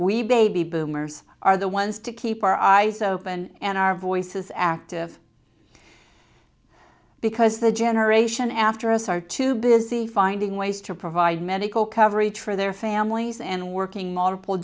we baby boomers are the ones to keep our eyes open and our voices active because the generation after us are too busy finding ways to provide medical coverage for their families and working multiple